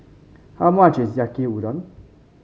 how much is Yaki Udon